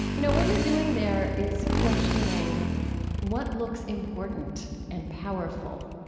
you know, what you're doing there is questioning what looks important and powerful,